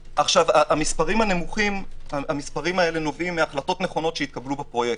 המספרים הנמוכים נובעים מהחלטות נכונות שהתקבלו בפרויקט,